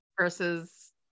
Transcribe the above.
versus